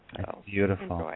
Beautiful